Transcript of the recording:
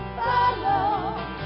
follow